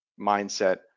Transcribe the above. mindset